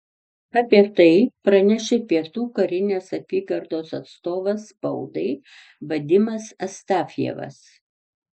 apie tai pranešė pietų karinės apygardos atstovas spaudai vadimas astafjevas